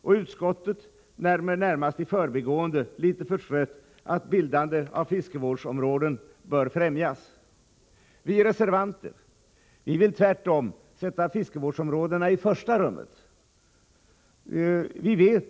Och utskottet nämner närmast i förbigående, litet förstrött, att bildande av fiskevårdsområden bör främjas. Vi reservanter vill tvärtom sätta fiskevårdsområdena i första rummet.